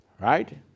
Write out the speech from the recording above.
Right